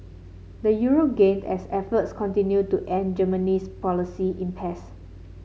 the euro gained as efforts continued to end Germany's policy impasse